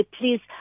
please